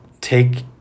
take